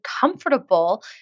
comfortable